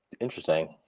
Interesting